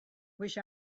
wish